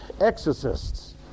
exorcists